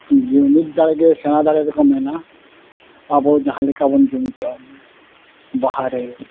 ᱡᱩᱢᱤᱫ ᱫᱟᱲᱮ ᱜᱮ ᱥᱮᱬᱟ ᱫᱟᱲᱮ ᱫᱚᱠᱚ ᱢᱮᱱᱟ ᱟᱵᱚ ᱡᱟᱦᱟᱸ ᱞᱮᱠᱟ ᱵᱚᱱ ᱡᱩᱢᱤᱫᱚᱜᱼᱟ ᱵᱟᱦᱟᱨᱮ